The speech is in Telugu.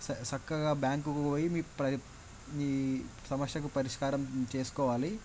స చక్కగా బ్యాంకుకు పోయి నీ ప్రయి నీ సమస్యకు పరిష్కారం చేసుకోవాలి